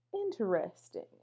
Interesting